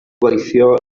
gweithio